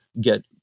get